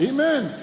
Amen